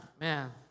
Man